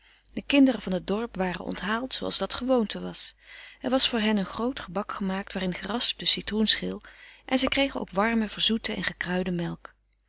de kinderen van het dorp waren onthaald zooals dat gewoonte was er was voor hen een groot gebak gemaakt waarin geraspte citroenschil en zij kregen ook warme verzoete en gekruide melk